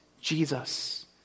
Jesus